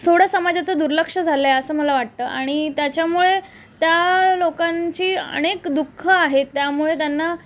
थोडं समाजाचं दुर्लक्ष झालं आहे असं मला वाटतं आणि त्याच्यामुळे त्या लोकांची अनेक दुःखं आहेत त्यामुळे त्यांना